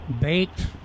baked